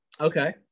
Okay